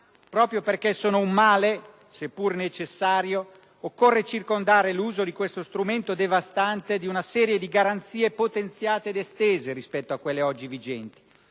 Proprio perché sono un male, seppur necessario, occorre circondare l'uso di questo strumento devastante di una serie di garanzie potenziate ed estese rispetto a quelle oggi vigenti.